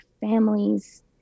families